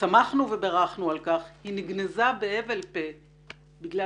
שמחנו ובירכנו על כך אבל היא נגנזה בהבל פה בגלל